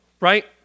right